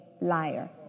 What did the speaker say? liar